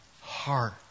heart